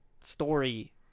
story